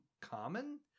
common